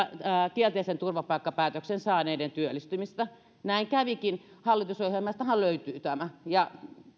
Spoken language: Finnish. kielteisen turvapaikkapäätöksen saaneiden työllistymistä näin kävikin hallitusohjelmastahan löytyy tämä ja